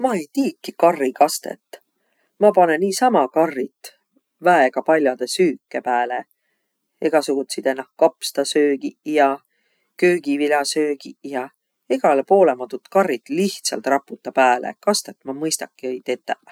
Ma-i tiikiq karrikastõt. Ma panõ niisama karrit väega pall'odõ süüke pääle. Egäsugutsidõ kapstasöögiq ja köögiviläsöögiq ja. Egäle poolõ ma tuud karrit lihtsalt raputa pääle, kastõt ma mõistaki-õiq tetäq.